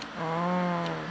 orh